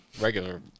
regular